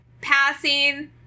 Passing